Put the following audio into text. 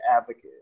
advocate